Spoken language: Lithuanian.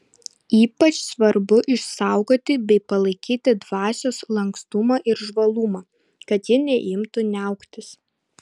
ypač svarbu išsaugoti bei palaikyti dvasios lankstumą ir žvalumą kad ji neimtų niauktis